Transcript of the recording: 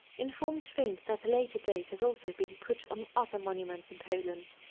informed finck that the later date has also been put on other monuments in poland.